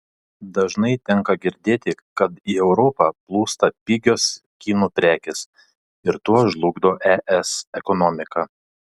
dažnai tenka girdėti kad į europą plūsta pigios kinų prekės ir tuo žlugdo es ekonomiką